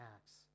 Acts